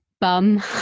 bum